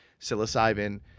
psilocybin